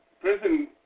prison